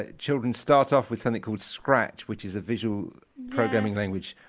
ah children start off with something called scratch, which is a visual programming language.